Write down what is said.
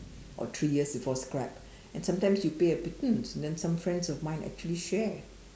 or three years before scrap and sometimes you pay a pittance and then some friends of mine that actually share